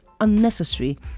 unnecessary